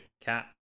cat